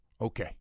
Okay